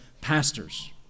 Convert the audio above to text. pastors